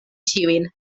ĉiujn